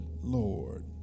Lord